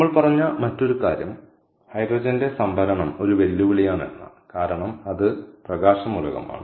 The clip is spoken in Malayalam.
നമ്മൾ പറഞ്ഞ മറ്റൊരു കാര്യം ഹൈഡ്രജന്റെ സംഭരണം ഒരു വെല്ലുവിളിയാണ് കാരണം അത് പ്രകാശ മൂലകമാണ്